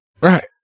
Right